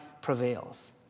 prevails